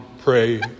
pray